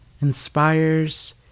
inspires